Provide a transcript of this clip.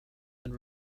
and